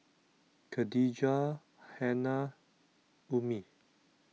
Khadija Hana Ummi